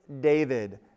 David